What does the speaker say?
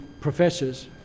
professors